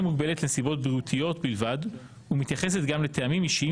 מוגבלת לנסיבות בריאותיות בלבד ומתייחסת גם לטעמים אישיים